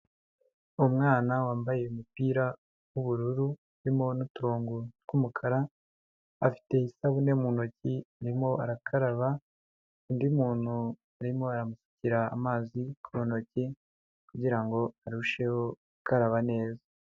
Umwana wambaye umupira wubururu urimo uturongo tw’umukara afite isabune mu ntoki arimo arakaraba undi muntu arimo arasukira amazi ku ntoki kugirango arusheho gukaraba neza.